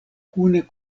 kune